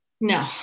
No